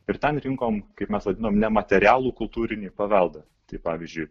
ir ten rinkom kaip mes vadinom nematerialų kultūrinį paveldą tai pavyzdžiui